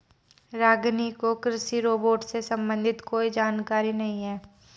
रागिनी को कृषि रोबोट से संबंधित कोई जानकारी नहीं है